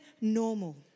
normal